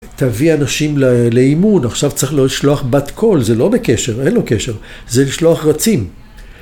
תביא אנשים לאימון, עכשיו צריך לשלוח בת קול, זה לא בקשר, אין לו קשר, זה לשלוח רצים.